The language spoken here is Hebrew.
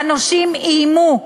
שהנושים איימו,